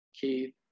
Keith